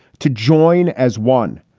to join as one.